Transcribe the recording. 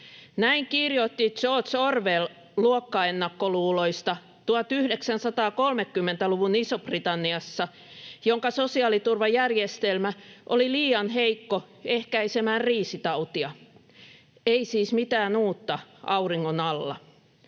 Näin kirjoitti George Orwell luokkaennakkoluuloista 1930-luvun Isossa-Britanniassa, jonka sosiaaliturvajärjestelmä oli liian heikko ehkäisemään riisitautia. Ei siis mitään uutta auringon alla.